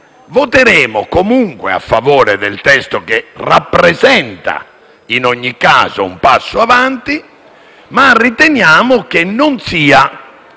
voteremo comunque a favore del testo, che rappresenta in ogni casi un passo in avanti, ma riteniamo che non sia